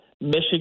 Michigan